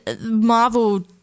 Marvel